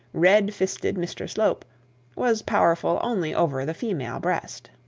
red-fisted mr slope was powerful only over the female breast.